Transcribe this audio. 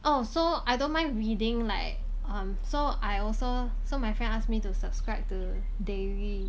oh so I don't mind reading like um so I also so my friend ask me to subscribe to dayre